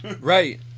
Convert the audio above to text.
Right